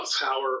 power